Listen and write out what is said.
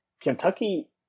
Kentucky